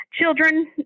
children